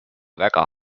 väga